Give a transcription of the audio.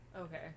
Okay